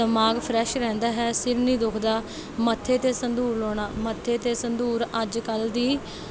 ਦਿਮਾਗ ਫਰੈੱਸ਼ ਰਹਿੰਦਾ ਹੈ ਸਿਰ ਨਹੀਂ ਦੁਖਦਾ ਮੱਥੇ 'ਤੇ ਸੰਦੂਰ ਲਾਉਣਾ ਮੱਥੇ 'ਤੇ ਸੰਦੂਰ ਅੱਜ ਕੱਲ੍ਹ ਦੀ